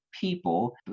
people